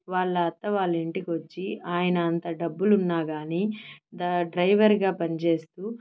వాళ్ళ అత్త వాళ్ళ ఇంటికొచ్చి ఆయన అంత డబ్బులున్నా కానీ డ్రైవర్గా పని చేస్తూ